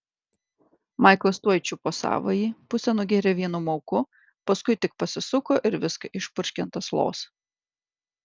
maiklas tuoj čiupo savąjį pusę nugėrė vienu mauku paskui tik pasisuko ir viską išpurškė ant aslos